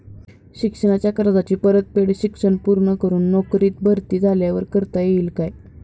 शिक्षणाच्या कर्जाची परतफेड शिक्षण पूर्ण करून नोकरीत भरती झाल्यावर करता येईल काय?